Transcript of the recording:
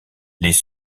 les